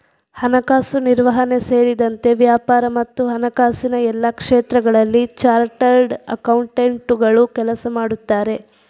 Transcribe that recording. ಹಣಕಾಸು ನಿರ್ವಹಣೆ ಸೇರಿದಂತೆ ವ್ಯಾಪಾರ ಮತ್ತು ಹಣಕಾಸಿನ ಎಲ್ಲಾ ಕ್ಷೇತ್ರಗಳಲ್ಲಿ ಚಾರ್ಟರ್ಡ್ ಅಕೌಂಟೆಂಟುಗಳು ಕೆಲಸ ಮಾಡುತ್ತಾರೆ